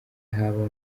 haba